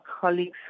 colleagues